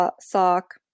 sock